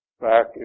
back